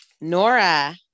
Nora